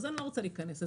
להיכנס לזה.